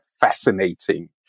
fascinating